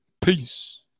Peace